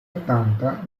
ottanta